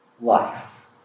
life